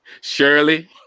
Shirley